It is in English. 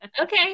okay